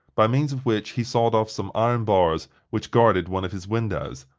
by means of which he sawed off some iron bars which guarded one of his windows.